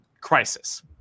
crisis